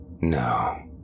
No